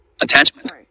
Attachment